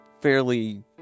fairly